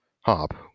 Hop